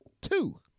two